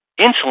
insulin